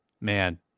man